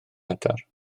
adar